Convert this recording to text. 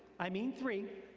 i mean three,